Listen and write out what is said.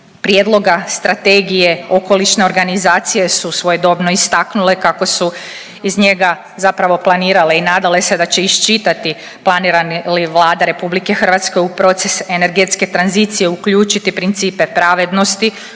prijedloga strategije okolišne organizacije su svojedobno istaknule kako su iz njega zapravo planirale i nadale se da će iščitati planira li Vlada Republike Hrvatske u proces energetske tranzicije uključiti principe pravednosti,